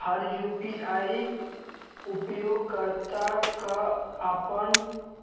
हर UPI उपयोगकर्ता क आपन